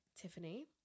tiffany